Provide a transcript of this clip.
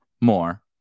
more